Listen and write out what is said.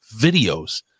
videos